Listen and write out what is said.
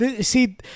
See